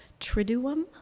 triduum